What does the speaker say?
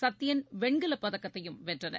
சத்தியன் வெண்கலப் பதக்கத்தையும் வென்றனர்